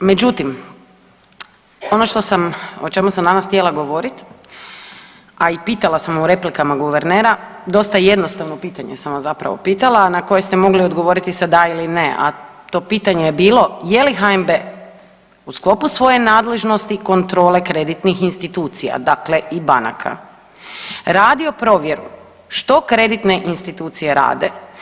Međutim, ono o čemu sam danas htjela govorit, a i pitala sam u replikama guvernera, dosta jednostavno pitanje sam vas zapravo pitala na koje ste mogli odgovoriti sa da ili ne, a to pitanje bilo je li HNB u sklopu svoje nadležnosti kontrole kreditnih institucija dakle i banaka radio provjeru što kreditne institucije rade?